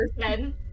person